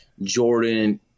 Jordan